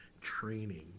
Training